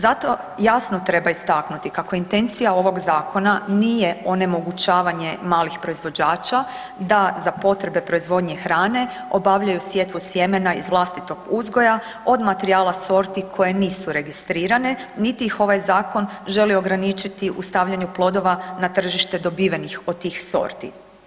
Zato jasno treba istaknuti kako intencija ovog zakona nije onemogućavanje malih proizvođača da za potrebe proizvodnje hrane obavljaju sjetvu sjemena iz vlastitog uzgoja od materijala sorti koje nisu registrirane niti ih ovaj zakon želi ograničiti u stavljanju plodova na tržište dobivenih od tih sorti.